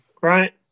right